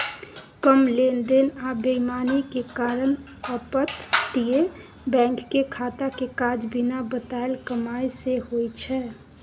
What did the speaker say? कम लेन देन आ बेईमानी के कारण अपतटीय बैंक के खाता के काज बिना बताएल कमाई सँ होइ छै